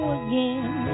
again